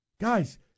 Guys